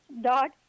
dot